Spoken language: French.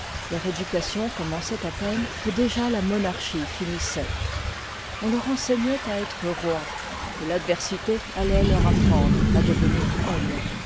leur éducation commençoit à peine que déjà la monarchie finissoit on leur enscignoit à être rois et l'adversité alloit leur apprendre à devenir hommes